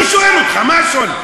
אני שואל אותך, מה השוני?